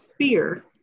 fear